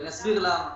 ואני אסביר למה.